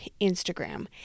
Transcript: Instagram